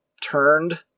turned